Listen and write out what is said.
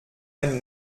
ein